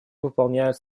выполняют